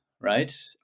Right